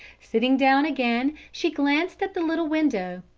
sitting down again, she glanced at the little window.